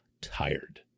tired